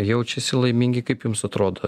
jaučiasi laimingi kaip jums atrodo